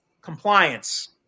compliance